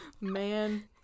Man